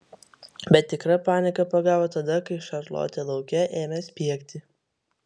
bet tikra panika pagavo tada kai šarlotė lauke ėmė spiegti